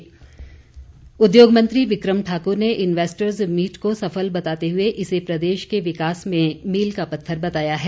विक्रम ठाक्र उद्योग मंत्री विक्रम ठाकुर ने इन्वेस्टर्स मीट को सफल बताते हुए इसे प्रदेश के विकास में मील का पत्थर बताया है